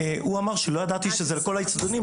ידע שזה לכל האצטדיונים,